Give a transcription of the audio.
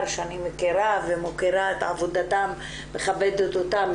שאני מכירה ומוקירה את עבודתם ומכבדת אותם,